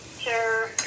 Sure